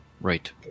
Right